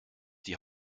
die